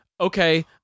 Okay